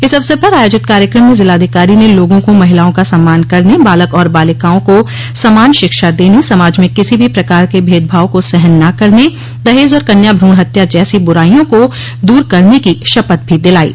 इस अवसर पर आयोजित कार्यक्रम में जिलाधिकारी ने लोगों को महिलाओं का सम्मान करने बालक और बालिकाओं को समान शिक्षा देने समाज में किसी भी प्रकार के भेदभाव को सहन न करने दहेज और कन्या भ्रण हत्या जैसे बुराईयों को दूर करने की शपथ भी दिलायी